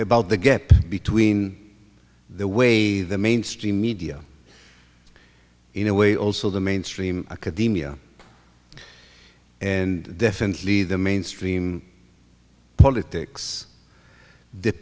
about the gap between the way the mainstream media in a way also the mainstream academia and definitely the mainstream politics